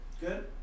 Good